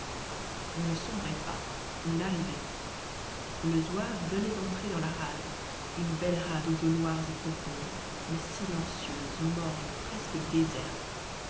on ne sombrait pas on arrivait le zouave venait d'entrer dans la rade une belle rade aux eaux noires et profondes mais silencieuse morne presque déserte